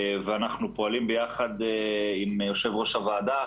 ואנחנו פועלים ביחד עם יושב-ראש הוועדה